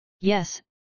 Yes